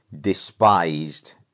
despised